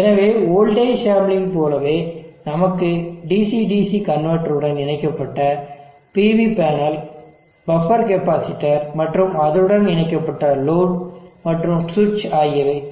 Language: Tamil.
எனவே வோல்டேஜ் சாம்ப்லிங்க் போலவே நமக்கு DC DC கன்வெர்ட்டர் உடன் இணைக்கப்பட்ட PV பேனல் பஃப்பர் கெப்பாசிட்டர் மற்றும் அதனுடன் இணைக்கப்பட்ட லோடு மற்றும் சுவிட்ச் ஆகியவை தேவை